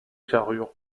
carrure